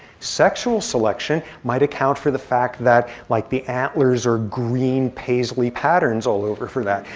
sexual selection might account for the fact that like the antlers are green, paisley patterns all over for that.